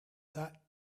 that